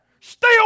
Stay